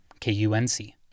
KUNC